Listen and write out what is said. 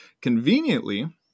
Conveniently